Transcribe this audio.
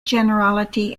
generality